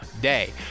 day